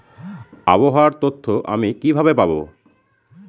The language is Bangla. আবহাওয়ার তথ্য আমি কিভাবে পাবো?